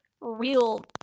real